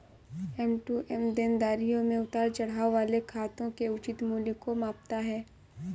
M to M देनदारियों में उतार चढ़ाव वाले खातों के उचित मूल्य को मापता है